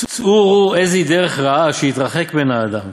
צאו וראו איזוהי דרך רעה שיתרחק ממנה האדם.